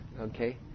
okay